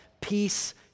peace